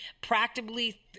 practically